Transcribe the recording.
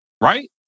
Right